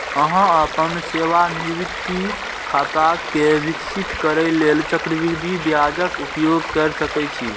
अहां अपन सेवानिवृत्ति खाता कें विकसित करै लेल चक्रवृद्धि ब्याजक उपयोग कैर सकै छी